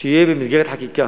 שיהיה במסגרת חקיקה